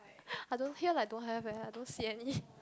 I don't feel like don't have eh I don't see any